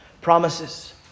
promises